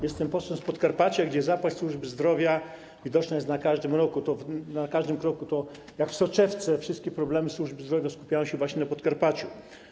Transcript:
Jestem posłem z Podkarpacia, gdzie zapaść służby zdrowia widoczna jest na każdym kroku, jak w soczewce wszystkie problemy służby zdrowia skupiają się właśnie na Podkarpaciu.